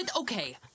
okay